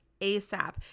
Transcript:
ASAP